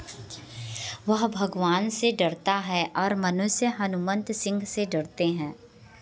वह भगवान से डरता है और मनुष्य हनुमंत सिंह से डरते हैं